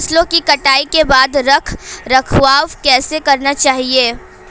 फसलों की कटाई के बाद रख रखाव कैसे करना चाहिये?